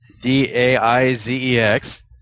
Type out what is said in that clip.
D-A-I-Z-E-X